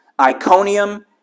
Iconium